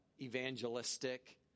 evangelistic